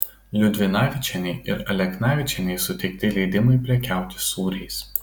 liudvinavičienei ir aleknavičienei suteikti leidimai prekiauti sūriais